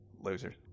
Losers